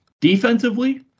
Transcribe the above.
Defensively